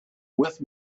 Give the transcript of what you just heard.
with